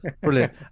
Brilliant